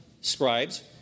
scribes